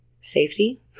safety